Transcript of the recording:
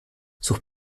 sus